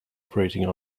operating